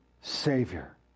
Savior